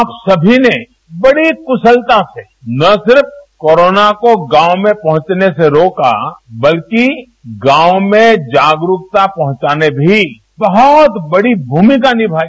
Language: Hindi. आप सभी ने बड़ी कुशलता से न केवल कोरोना को गांव में पहुंचने से रोका बल्कि गांव में जागरुकता पहुंचाने में भी बहुत बड़ी भूमिका निभाई